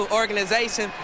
organization